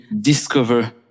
discover